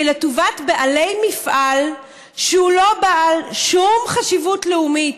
שהיא לטובת בעלי מפעל שהוא לא בעל שום חשיבות לאומית.